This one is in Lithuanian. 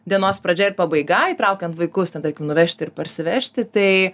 dienos pradžia ir pabaiga įtraukiant vaikus ten tarkim nuvežti ir parsivežti tai